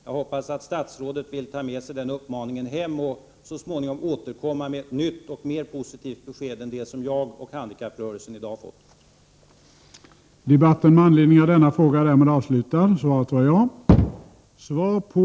Jag hoppas att statsrådet vill ta med sig den uppmaningen hem och så småningom återkomma med ett nytt och mer positivt besked än det som jag och handikapprörelsen har fått i dag.